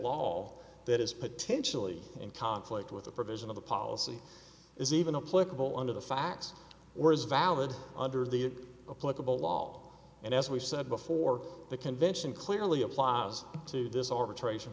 law that is potentially in conflict with the provision of the policy is even a political under the facts or is valid under the political law and as we've said before the convention clearly applies to this arbitration